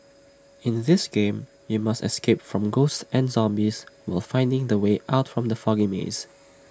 in the this game you must escape from ghosts and zombies while finding the way out from the foggy maze